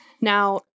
Now